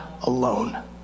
alone